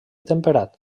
temperat